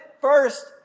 first